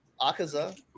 Akaza